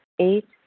eight